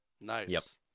Nice